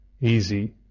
easy